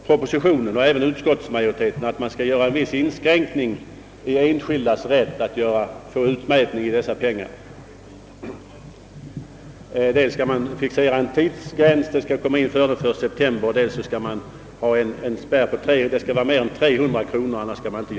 Propositionen och även utskottsmajoriteten vill att det skall göras en viss inskränkning i enskildas rätt att få utmätning i dessa pengar. Dels skall en tidsgräns fixeras, så att ansökan skall inkomma före 1 september och dels skall införas en spärr på 300 kronor.